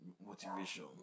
motivation